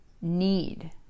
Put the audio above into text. need